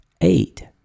Eight